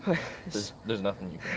there's. there's nothing you